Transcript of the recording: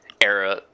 era